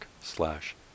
slash